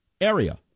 area